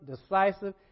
decisive